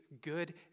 good